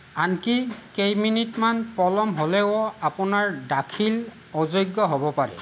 আনকি কেইমিনিটমান পলম হ'লেও আপোনাৰ দাখিল অযোগ্য হ'ব পাৰে